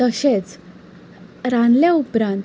तशेंच रांदले उपरांत